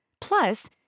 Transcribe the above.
Plus